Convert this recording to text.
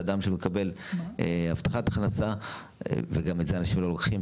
לאדם שמקבל הבטחת הכנסה אין אפשרות לשלם.